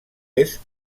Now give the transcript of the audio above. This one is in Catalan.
est